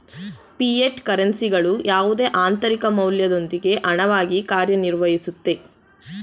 fiat ಕರೆನ್ಸಿಗಳು ಯಾವುದೇ ಆಂತರಿಕ ಮೌಲ್ಯದೊಂದಿಗೆ ಹಣವಾಗಿ ಕಾರ್ಯನಿರ್ವಹಿಸುತ್ತೆ